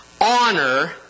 honor